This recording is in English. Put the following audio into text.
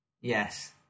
Yes